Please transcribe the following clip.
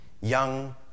young